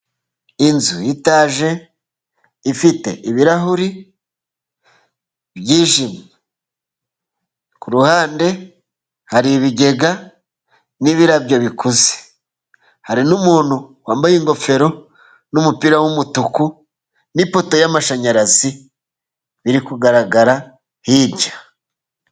Inzu y'itaje， ifite ibirahuri byijimye， ku ruhande hari ibigega n'ibirabyo bikuze. Hari n'umuntu wambaye ingofero n'umupira w'umutuku, n'ipota y'amashanyarazi, biri kugaragara hirya.